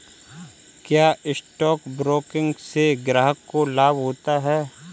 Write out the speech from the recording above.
क्या stock broking से ग्राहक को लाभ होता है?